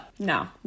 No